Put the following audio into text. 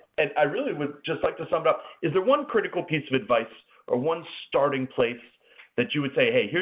and i really would just like to sum it up. is there one critical piece of advice or one starting place that you would say, hey,